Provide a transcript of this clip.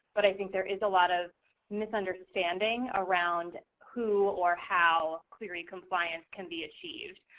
but i think there is a lot of misunderstanding around who or how clery compliance can be achieved.